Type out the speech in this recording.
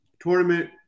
tournament